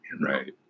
Right